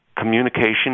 Communication